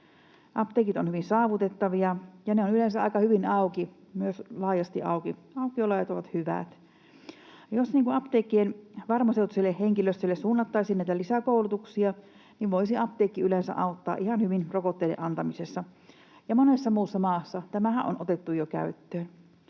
Apteekit ovat hyvin saavutettavia, ja ne ovat yleensä aika hyvin auki, laajasti auki. Aukioloajat ovat hyvät. Jos apteekkien farmaseuttiselle henkilöstölle suunnattaisiin näitä lisäkoulutuksia, niin voisi apteekki yleensä auttaa ihan hyvin rokotteiden antamisessa. Monessa muussa maassa tämähän on otettu jo käyttöön.